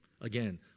Again